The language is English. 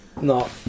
No